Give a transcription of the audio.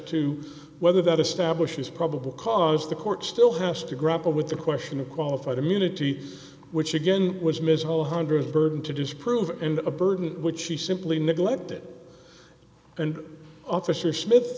to whether that establishes probable cause the court still has to grapple with the question of qualified immunity which again was ms one hundred dollars burden to disprove and a burden which she simply neglected and officer smith